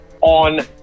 on